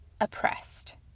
oppressed